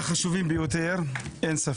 חברות וחברים, הנושא מהחשובים ביותר, אין ספק.